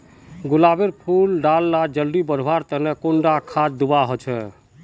गुलाब फुल डा जल्दी बढ़वा तने कुंडा खाद दूवा होछै?